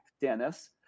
Dennis